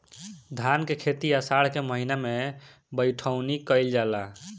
धान के खेती आषाढ़ के महीना में बइठुअनी कइल जाला?